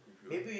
if you want